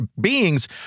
beings